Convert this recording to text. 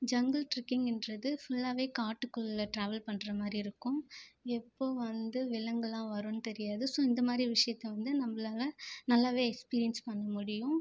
jungle ட்ரிக்கிங்குன்றது ஃபுல்லாவே காட்டுக்குள்ள ட்ராவல் பண்ணுற மாதிரி இருக்கும் எப்போ வந்து விலங்குலாம் வரும்னு தெரியாது ஸோ இந்த மாதிரி விஷயத்த வந்து நம்மளால நல்லாவே எக்ஸ்பீரியன்ஸ் பண்ண முடியும்